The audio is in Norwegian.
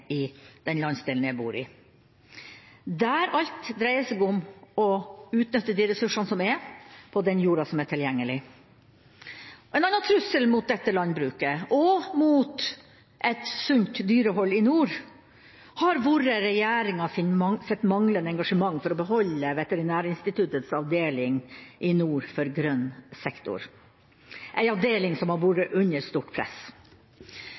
i den landsdelen jeg bor i, der alt dreier seg om å utnytte ressursene på jorda som er tilgjengelig. En annen trussel mot dette landbruket og mot et sunt dyrehold i nord har vært regjeringas manglende engasjement for å beholde Veterinærinstituttets avdeling i nord for grønn sektor, en avdeling som har vært under stort press.